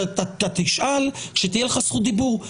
אתה תשאל כשתהיה לך זכות דיבור.